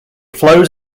flows